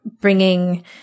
bringing